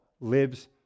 lives